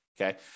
Okay